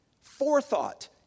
forethought